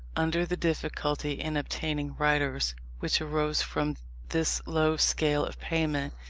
under the difficulty in obtaining writers, which arose from this low scale of payment,